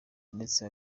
ndetse